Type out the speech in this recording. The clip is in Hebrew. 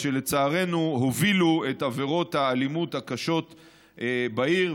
שלצערנו הובילו את עבירות האלימות הקשות בעיר.